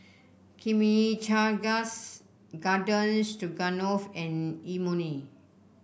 Chimichangas Garden Stroganoff and Imoni